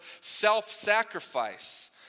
self-sacrifice